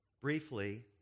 Briefly